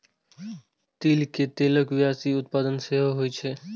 तिल के तेलक व्यावसायिक उत्पादन सेहो होइ छै